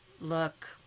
look